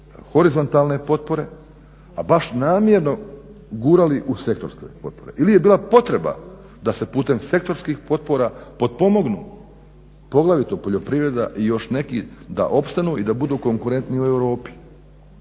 horizontalne potpore, a baš namjerno gurali u sektorske potpore ili je bila potreba da se putem sektorskih potpora potpomognu poglavito poljoprivreda i još neki da opstanu i da budu konkurentni u Europi.